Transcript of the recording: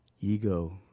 ego